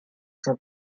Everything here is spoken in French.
cent